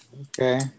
Okay